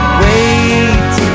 wait